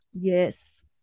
Yes